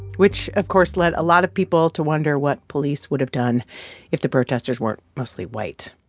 which, of course, led a lot of people to wonder what police would have done if the protesters weren't mostly white